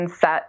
set